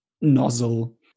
nozzle